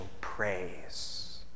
praise